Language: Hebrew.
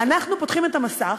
אנחנו פותחים את המסך,